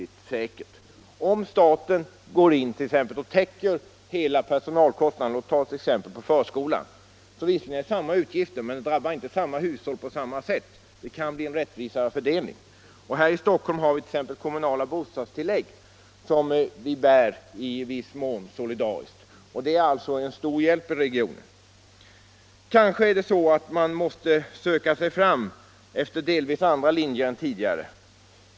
Om t.ex. staten går in och täcker hela personalkostnaden i förskolan är det visserligen samma utgifter, men de drabbar inte samma hushåll på samma sätt som om kommunerna står för dessa utgifter. Det kan bli en rättvisare fördelning. Här i Stockholm har vit.ex. kommunala bostadstillägg, som vi bär i viss mån solidariskt. Det är alltså en stor hjälp för regionen. Kanske måste man söka sig fram efter delvis andra linjer än tidigare.